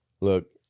look